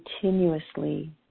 continuously